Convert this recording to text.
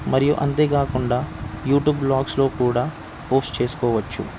మరియు అంతేకాకుండా యూట్యూబ్ బ్లాగ్స్లో కూడా పోస్ట్ చేసుకోవచ్చు